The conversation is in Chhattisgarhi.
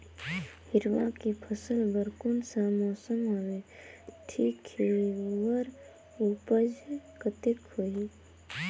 हिरवा के फसल बर कोन सा मौसम हवे ठीक हे अउर ऊपज कतेक होही?